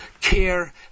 care